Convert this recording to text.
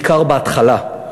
בעיקר בהתחלה.